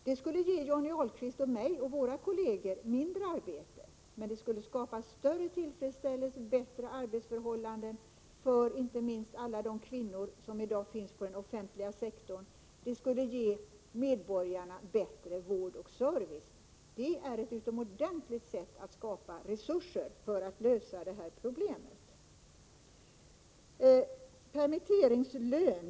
Det skulle ge Johnny Ahlqvist och mig och våra kolleger mindre arbete, men det skulle skapa större tillfredsställelse och bättre arbetsförhållanden för inte minst alla de kvinnor som finns på den offentliga sektorn, och det skulle ge medborgarna bättre vård och service. Det är ett utomordentligt sätt att skapa resurser för att lösa problemen.